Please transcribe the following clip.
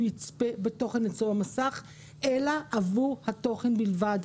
יצפה בתוכן אצלו על המסך אלא עבור התוכן בלבד.